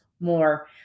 more